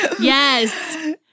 Yes